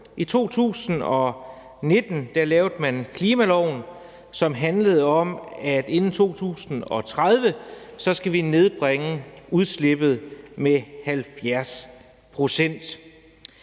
I 2019 lavede man klimaloven, som handlede om, at vi inden 2030 skal nedbringe udslippet med 70 pct.